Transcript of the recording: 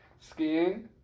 Skiing